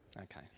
Okay